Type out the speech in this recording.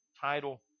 title